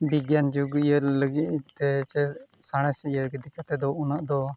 ᱵᱤᱜᱽᱜᱟᱱ ᱡᱩᱜᱽ ᱤᱭᱟᱹ ᱞᱟᱹᱜᱤᱫ ᱛᱮᱥᱮ ᱥᱟᱬᱮᱥ ᱡᱩᱜᱽ ᱤᱫᱤᱠᱟᱛᱮ ᱫᱚ ᱩᱱᱟᱹᱜ ᱫᱚ